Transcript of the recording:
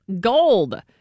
Gold